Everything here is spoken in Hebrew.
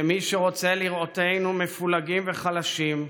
למי שרוצה לראותנו מפולגים וחלשים,